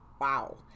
wow